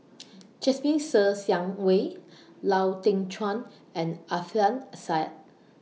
Jasmine Ser Xiang Wei Lau Teng Chuan and Alfian Sa'at